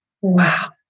Wow